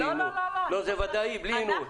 לא, זה בוודאות, בלי הנהון.